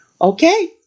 Okay